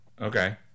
Okay